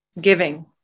giving